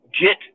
Get